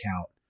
account